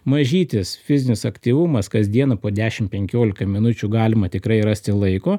mažytis fizinis aktyvumas kasdieną po dešim penkiolika minučių galima tikrai rasti laiko